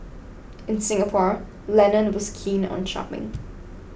in Singapore Lennon was keen on shopping